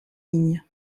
ligne